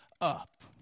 up